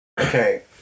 Okay